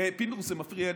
פינדרוס, זה מפריע לי,